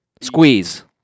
Squeeze